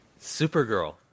Supergirl